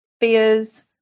fears